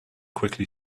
quickly